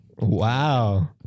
Wow